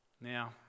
Now